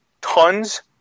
tons